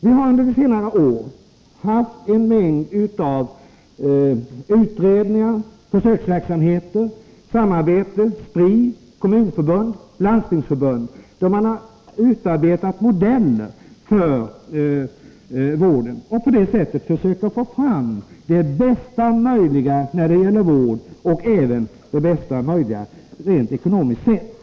Vi har under senare år haft en mängd utredningar, försöksverksamheter och samarbete mellan Spri, Kommunförbundet och Landstingsförbundet, där man har utarbetat modeller för vården och på det sättet försökt få fram det bästa möjliga när det gäller vård och även det bästa möjliga rent ekonomiskt sett.